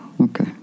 okay